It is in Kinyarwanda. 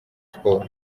siporo